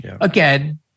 again